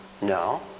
No